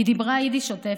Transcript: היא דיברה יידיש שוטפת.